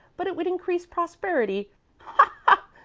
but it would increase prosperity ha!